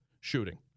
shooting